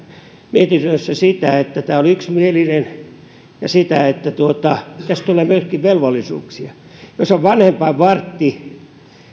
mietinnössä sitä että tämä on yksimielinen ja sitä että tästä tulee myöskin velvollisuuksia jos on vanhempainvartti